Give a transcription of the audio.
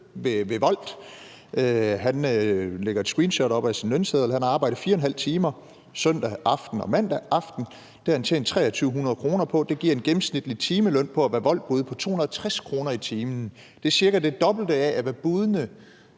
hos Wolt. Han har lagt et screenshot op af sin lønseddel. Han har arbejdet 4½ time søndag aften og mandag aften, og det har han tjent 2.300 kr. på. Det giver en gennemsnitlig timeløn på 260 kr. i timen ved at være Woltbud. Det er cirka det dobbelte af, hvad buddene